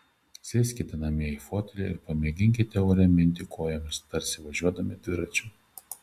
sėskite namie į fotelį ir pamėginkite ore minti kojomis tarsi važiuodami dviračiu